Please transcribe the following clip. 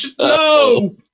No